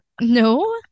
No